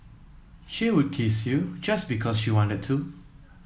she would kiss you just because she wanted to